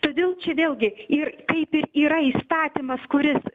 todėl čia vėlgi ir kaip ir yra įstatymas kuris